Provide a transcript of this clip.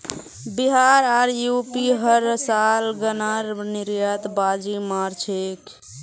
बिहार आर यू.पी हर साल गन्नार निर्यातत बाजी मार छेक